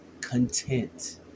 content